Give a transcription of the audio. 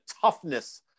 toughness